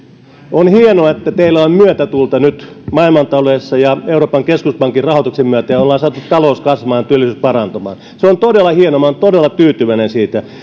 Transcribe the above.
on hienoa että teillä on myötätuulta nyt maailmantaloudessa ja euroopan keskuspankin rahoituksen myötä ja ollaan saatu talous kasvamaan ja työllisyys parantumaan se on todella hienoa ja olen todella tyytyväinen siitä